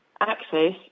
access